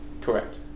Correct